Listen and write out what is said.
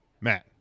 Matt